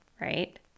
right